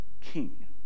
king